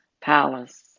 palace